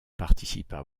participa